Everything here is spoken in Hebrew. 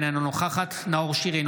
אינה נוכחת נאור שירי,